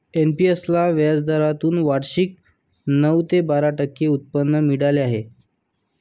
NPS ला व्याजदरातून वार्षिक नऊ ते बारा टक्के उत्पन्न मिळाले आहे